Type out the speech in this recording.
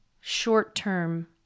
short-term